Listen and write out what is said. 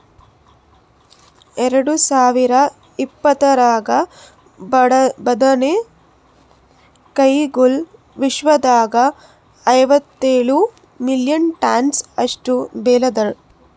ಎರಡು ಸಾವಿರ ಇಪ್ಪತ್ತರಾಗ ಬದನೆ ಕಾಯಿಗೊಳ್ ವಿಶ್ವದಾಗ್ ಐವತ್ತೇಳು ಮಿಲಿಯನ್ ಟನ್ಸ್ ಅಷ್ಟು ಬೆಳದಾರ್